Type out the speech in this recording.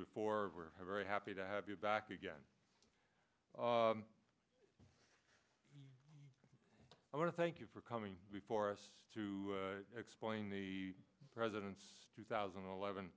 before we're very happy to have you back again i want to thank you for coming before us to explain the president's two thousand and eleven